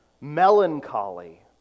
Melancholy